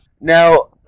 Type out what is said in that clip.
Now